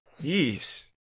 Jeez